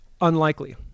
unlikely